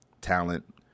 talent